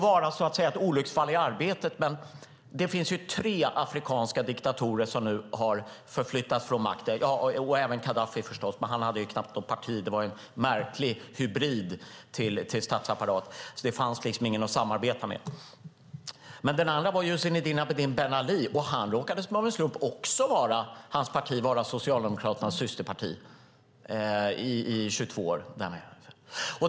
Det må vara ett olycksfall i arbetet. Men det finns ju tre afrikanska diktatorer som nu har förflyttats från makten. Det har förstås även Gaddafi, men han hade ju knappt något parti - det var en märklig hybrid till statsapparat, så det fanns liksom ingen att samarbeta med. Den andra var Zine al-abidin ben Ali, och hans parti råkade också av en slump vara Socialdemokraternas systerparti i 22 år.